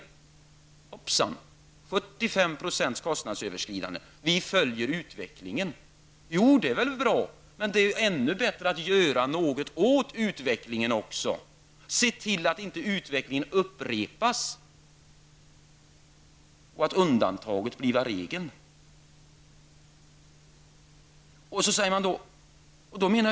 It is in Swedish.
Hoppsan -- 75 % kostnadsöverskridande, och vi följer utvecklingen! Det är naturligtvis bra, men det är ännu bättre att göra någonting åt utvecklingen och se till att inte utvecklingen upprepas och undantaget blir regeln.